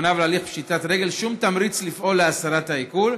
ופניו להליך פשיטת רגל שום תמריץ לפעול להסרת העיקול,